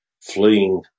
fleeing